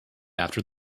after